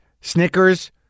Snickers